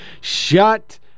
Shut